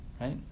Right